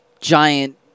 giant